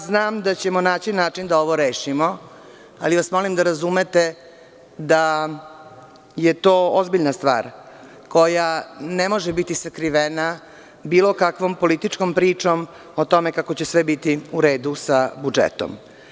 Znam da ćemo naći način da ovo rešimo, ali vas molim da razumete da je to ozbiljna stvar, koja ne može biti sakrivena bilo kakvom političkom pričom o tome kako će sve biti uredu sa budžetom.